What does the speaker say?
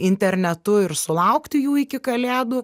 internetu ir sulaukti jų iki kalėdų